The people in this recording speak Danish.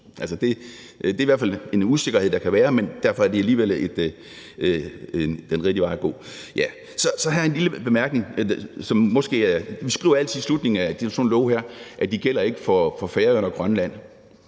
Det er i hvert fald en usikkerhed, der kan være, men derfor er det alligevel den rigtige vej at gå. Så har jeg en anden lille bemærkning. Vi skriver altid i slutningen af sådan nogle love her, at de ikke gælder for Færøerne og Grønland,